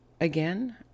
again